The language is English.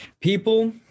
people